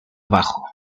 abajo